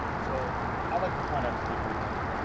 so i like to point out to people that